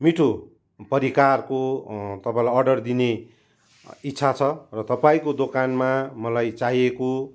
मिठो परिकारको तपाईँलाई अर्डर दिने इच्छा छ र तपाईँको दोकानमा मलाई चाहिएको